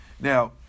Now